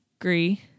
agree